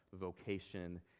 vocation